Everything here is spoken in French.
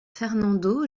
fernando